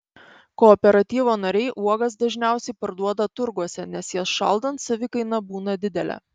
kooperatyvo nariai uogas dažniausiai parduoda turguose nes jas šaldant savikaina būna didelė